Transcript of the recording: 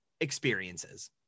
experiences